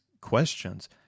questions